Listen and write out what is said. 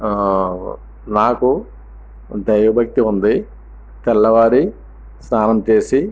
నాకు దైవభక్తి ఉంది తెల్లవారి స్నానం చేసి